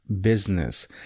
business